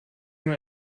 nur